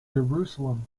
jerusalem